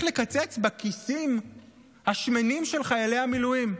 לקצץ בכיסים השמנים של חיילי המילואים.